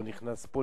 או נכנס פה,